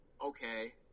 okay